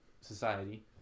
society